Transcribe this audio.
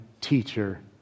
teacher